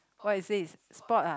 what is this spot ah